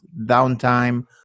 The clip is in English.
downtime